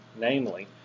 namely